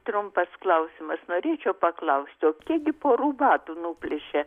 trumpas klausimas norėčiau paklausti o kiek gi porų batų nuplėšė